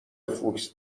فوکس